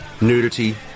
nudity